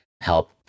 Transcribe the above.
help